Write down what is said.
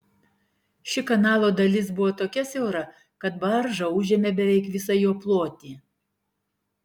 ši kanalo dalis buvo tokia siaura kad barža užėmė beveik visą jo plotį